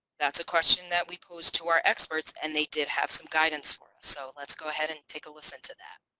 that's a question that we pose to our experts and they did have some guidance for us so let's go ahead and take a listen to that.